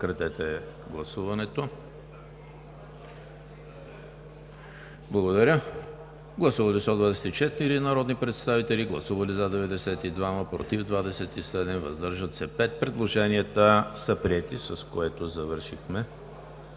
Предложенията са приети, с което завършихме